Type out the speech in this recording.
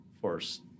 force